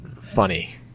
funny